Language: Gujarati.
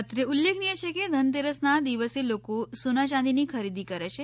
અત્રે ઉલ્લેખનીય છે કે ધનતેરસના દિવસે લોકો સોનાયાંદીની ખરીદી કરે છે